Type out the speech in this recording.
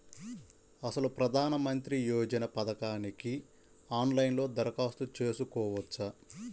అసలు ప్రధాన మంత్రి యోజన పథకానికి ఆన్లైన్లో దరఖాస్తు చేసుకోవచ్చా?